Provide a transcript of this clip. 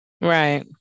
Right